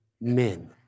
men